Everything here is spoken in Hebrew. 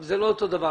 אבל זה לא אותו דבר.